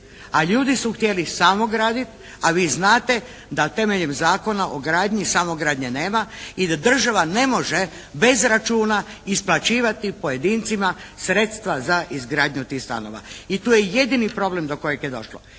A ljudi su htjeli samo gradit, a vi znate da temeljem Zakona o gradnji samogradnje nema i da država ne može bez računa isplaćivati pojedincima sredstva za izgradnju tih stanova. I tu je jedini problem do kojeg je došlo.